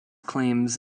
claims